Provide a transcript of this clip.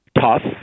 tough